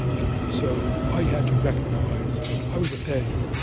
and so i had to recognise that i was a failure.